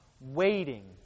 waiting